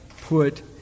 put